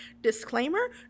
Disclaimer